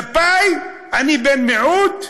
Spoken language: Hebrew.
כלפי, אני בן מיעוט,